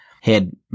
head